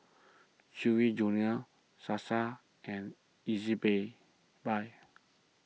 Chewy Junior Sasa and Ezbuy buy